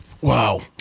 Wow